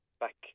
back